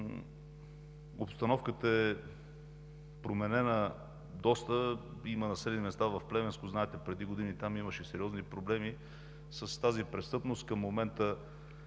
обстановката доста е променена. Има населени места в Плевенско – знаете, че преди години там имаше сериозни проблеми с тази престъпност, към момента